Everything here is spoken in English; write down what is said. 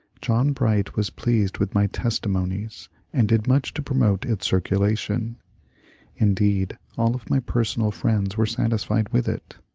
john bright was pleased with my testimonies and did much to promote its circulation indeed, all of my personal friends were satisfied with it.